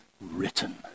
written